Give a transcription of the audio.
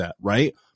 right